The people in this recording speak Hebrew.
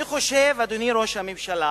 אני חושב, אדוני ראש הממשלה,